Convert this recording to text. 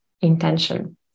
intention